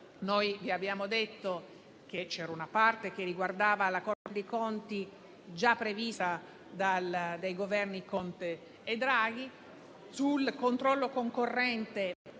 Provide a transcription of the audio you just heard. Noi vi abbiamo detto che c'era una parte che riguardava la Corte dei conti già prevista dai Governi Conte e Draghi. Vi abbiamo detto,